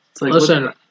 Listen